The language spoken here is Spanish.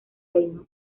reino